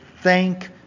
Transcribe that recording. thank